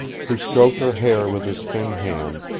who stroked her hair with his thin hand,